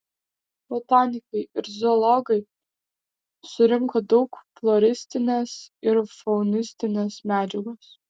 botanikai ir zoologai surinko daug floristinės ir faunistinės medžiagos